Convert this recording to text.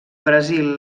brasil